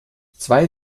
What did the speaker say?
zwei